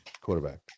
Quarterback